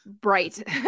bright